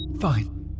Fine